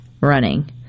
running